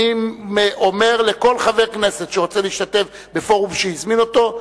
אני אומר לכל חבר כנסת שרוצה להשתתף בפורום שהזמין אותו: